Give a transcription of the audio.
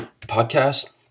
podcast